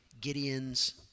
Gideon's